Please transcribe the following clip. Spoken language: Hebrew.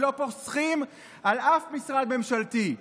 לא פוסחים על אף משרד ממשלתי,